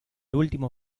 último